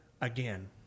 again